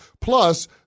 Plus